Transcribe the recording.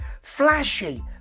flashy